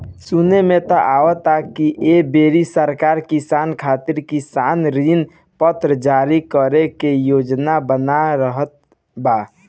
सुने में त आवता की ऐ बेरी सरकार किसान खातिर किसान ऋण पत्र जारी करे के योजना बना रहल बा